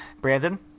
Brandon